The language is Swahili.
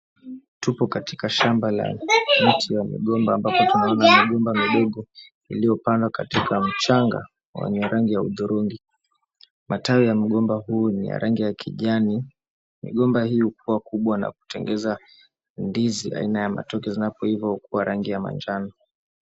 Tupo katika shamba miti ya migomba ambapo tunaona migomba midogo iliyopandwa katika mchanga wa rangi ya udurungi. Matawi ya migomba huu ni ya rangi ya kijani. Migomba hii hukua kubwa na kutengeneza ndizi aina ya matoke zinapoiva huwa rangi ya manjano.